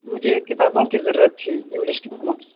مجھے کتابوں کی ضرورت تھی انگلش کتابوں کی